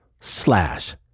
slash